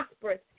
prosperous